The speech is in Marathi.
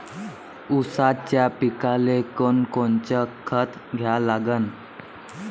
ऊसाच्या पिकाले कोनकोनचं खत द्या लागन?